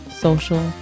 Social